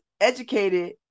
educated